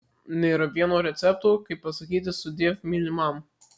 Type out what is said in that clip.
nėra vieno recepto kaip pasakyti sudiev mylimam